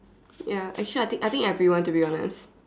ya actually I think I think everyone to be honest